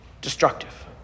destructive